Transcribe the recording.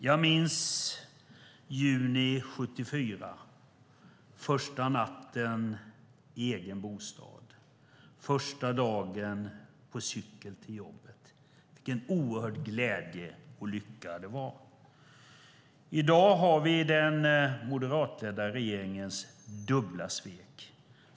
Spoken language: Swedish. Jag minns juni 1974 - första natten i egen bostad och första dagen på cykel till jobbet. Vilken oerhörd glädje och lycka det var! I dag har vi den moderatledda regeringens dubbla svek.